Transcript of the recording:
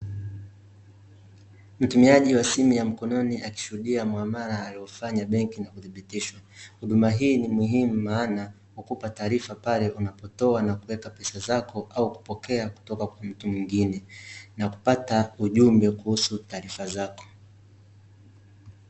Mtumiaji wa simu ya mkononi akishuhudia muamala aliofanya benki na kudhibitishwa. Huduma hii ni muhimu maana, hukupa taarifa pale unapotoa au kuweka pesa zako au kupokea toka kwa mtu mwingine, na kupata ujumbe kuhusu taarifa zako.